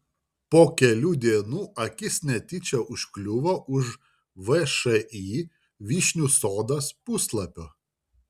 po kelių dienų akis netyčia užkliuvo už všį vyšnių sodas puslapio